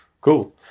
Cool